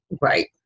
Right